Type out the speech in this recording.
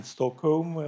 Stockholm